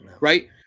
right